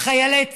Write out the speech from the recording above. חיילי צה"ל,